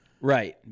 Right